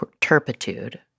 turpitude